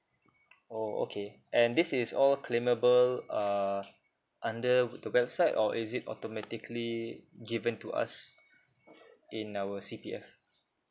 oh okay and this is all claimable uh under the website or is it automatically given to us in our C_P_F